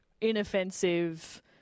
inoffensive